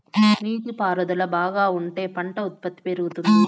నీటి పారుదల బాగా ఉంటే పంట ఉత్పత్తి పెరుగుతుంది